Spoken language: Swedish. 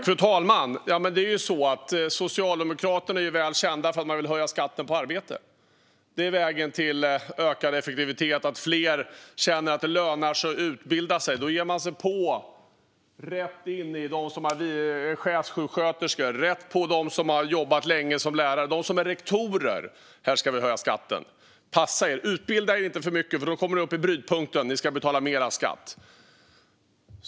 Fru talman! Socialdemokraterna är kända för att vilja höja skatten på arbete. Vägen till ökad effektivitet är att fler känner att det lönar sig att utbilda sig. Då ger sig Socialdemokraterna på dem som har blivit chefssjuksköterskor, dem som har jobbat länge som lärare och dem som är rektorer. Där ska man höja skatten. Passa er, utbilda er inte för mycket, för då kommer ni upp till brytpunkten och ska betala mer skatt!